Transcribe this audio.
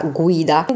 guida